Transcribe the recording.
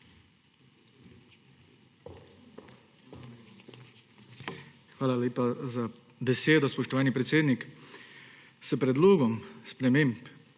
Hvala lepa za besedo, spoštovani predsednik. S Predlogom sprememb